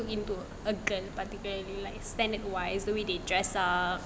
a girl particularly like standard wise the way they dress up